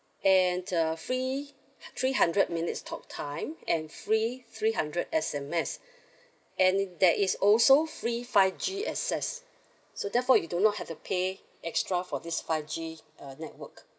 and uh free three hundred minutes talk time and free three hundred S_M_S and it there is also free five G access so therefore you do not have to pay extra for this five G uh network